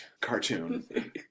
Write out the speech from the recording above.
cartoon